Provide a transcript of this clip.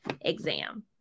exam